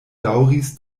daŭris